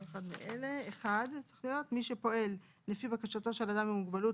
מאלה: מי שפועל לפי בקשתו של אדם עם מוגבלות